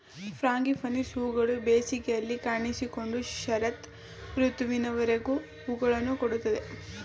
frangipanis ಹೂಗಳು ಬೇಸಿಗೆಯಲ್ಲಿ ಕಾಣಿಸಿಕೊಂಡು ಶರತ್ ಋತುವಿನವರೆಗೂ ಹೂಗಳನ್ನು ಕೊಡುತ್ತದೆ